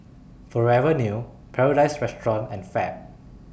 Forever New Paradise Restaurant and Fab